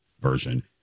version